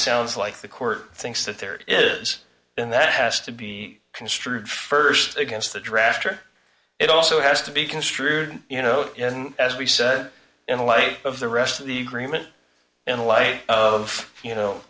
sounds like the court thinks that there is in that has to be construed st against the draft or it also has to be construed you know in as we said in light of the rest of the greenman in light of you know